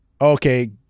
okay